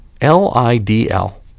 L-I-D-L